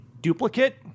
duplicate